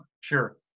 Sure